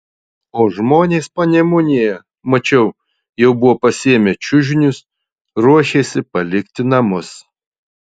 o žmonės panemunėje mačiau jau buvo pasiėmę čiužinius ruošėsi palikti namus